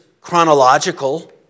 chronological